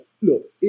look